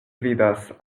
vidas